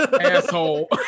asshole